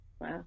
Wow